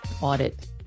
audit